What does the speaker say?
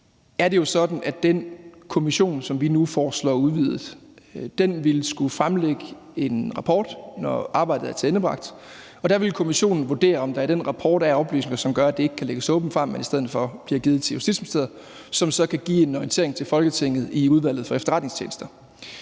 den kommission, som vi nu foreslår udvidet, vil skulle fremlægge en rapport, når arbejdet er tilendebragt, og der vil kommissionen vurdere, om der i den rapport er oplysninger, som gør, at det ikke kan lægges åbent frem og i stedet for bliver givet til Justitsministeriet, som så kan give en orientering til Folketinget i Udvalget for Efterretningstjenesterne.